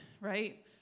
right